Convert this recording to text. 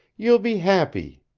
you'll be happy